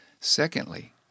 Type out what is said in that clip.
Secondly